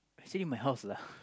actually my house lah